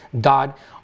dot